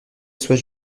soit